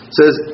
says